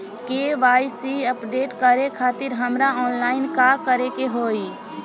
KYC update करे खातिर हमरा ऑनलाइन का करे के होई?